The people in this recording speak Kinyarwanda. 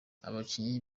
abakinnyi